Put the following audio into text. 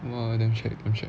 !wah! damn shag damn shag